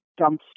dumpster